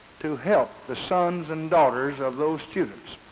to help the sons and daughters of those students